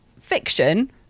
fiction